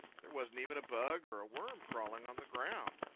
there wasn't even a bug or a worm crawling on the ground.